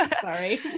sorry